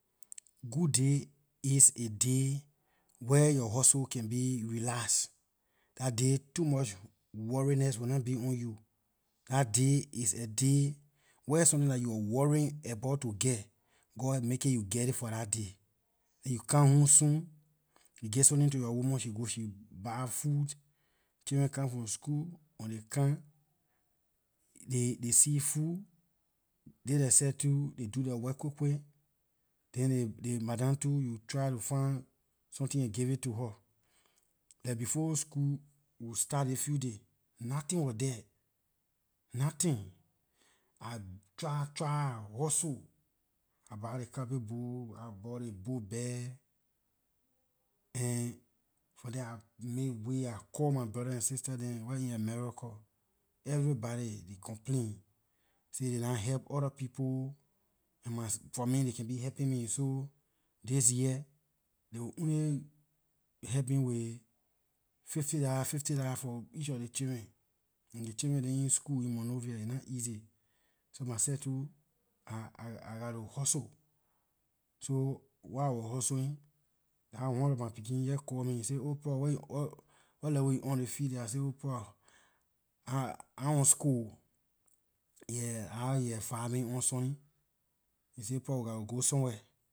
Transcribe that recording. Good day is a day where yor hustle can be relax. Dah day too much worriedness will not be on you. Dah day is a day where something you wor worrying about to geh god make it you geh it for lah day and when you come soon, you give something to yor woman she go she buy food children come from school when they come they see food they thier seh too they do their work quick quick then ley madam too, you try to find something and give it to her. Like befroe school could start this few day, nothing wor there nothing I try try I hustle I buy ley copybook I bought ley book bag and from there I made way I call my brother and sister dem where in america, everybody they complain, say they nah help orda people and my seh for me they can be helping me, so this year they will only help me with fifty dollar fifty dollar for each of ley children and ley children dem in school in monrovia aay nah easy, so my seh too i- I got to hustle. So while I wor hustling dah how one of my pekin jeh call me he say oh pruh what what level you on ley few days? I say oh pruh i- ahn on score oh, yeah, dah how he advise me on something he say pruh we got to go somewhere